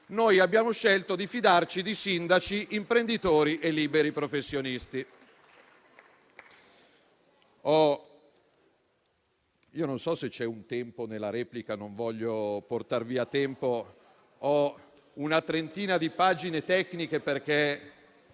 Noi abbiamo scelto di fidarci di sindaci, imprenditori e liberi professionisti.